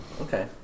Okay